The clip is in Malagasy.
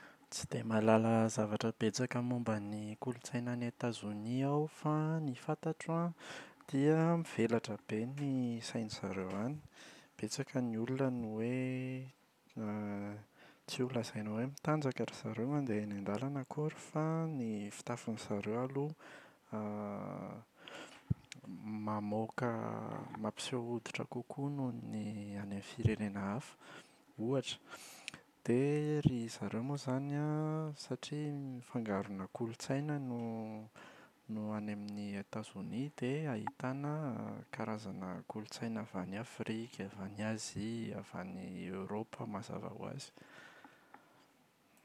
Tsy dia mahalala zavatra betsaka momba ny kolontsaina any Etazonia aho fa ny fantatro an dia mivelatra be ny sain’izareo any. Betsaka ny olona no hoe tsy ho lazaina hoe mitanjaka ry zareo mandeha eny an-dalana akory fa ny fitafin’izareo aloha m-mamoaka mampiseho hoditra kokoa noho ny any amin’ny firenena hafa ohatra. Dia ry zareo moa izany an satria fangaronà kolontsaina no no any amin’ny Etazonia dia ahitana karazana kolontsaina avy any Afrika, avy any Azia, avy any Eoropa mazava ho azy.